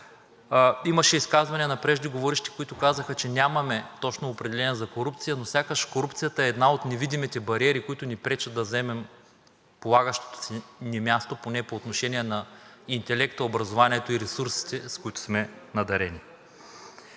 Имаше изказвания на преждеговоривши, които казаха, че нямаме точно определение за корупция, но сякаш корупцията е една от невидимите бариери, които ни пречат да заемем полагащото ни се място поне по отношение на интелекта, образованието и ресурсите, с които сме надарени.